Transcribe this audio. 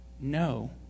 no